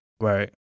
Right